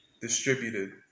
distributed